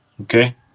Okay